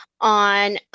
on